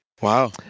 Wow